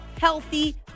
healthy